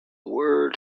word